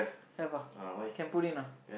have ah can put in ah